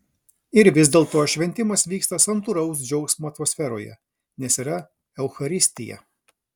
ir vis dėlto šventimas vyksta santūraus džiaugsmo atmosferoje nes yra eucharistija